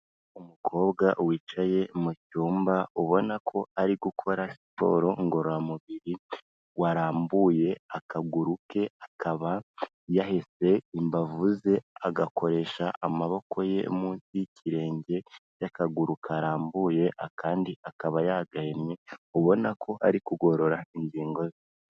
Umukobwa wicaye mu cyumba ubona ko ari gukora siporo ngororamubiri, warambuye akaguru ke akaba yahese imbavu ze agakoresha amaboko ye munsi y'ikirenge cy'akaguru karambuye akandi akaba yagahinnye ubona ko ari kugorora ingingo ze.